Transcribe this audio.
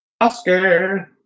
Oscar